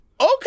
Okay